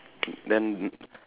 then